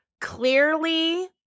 clearly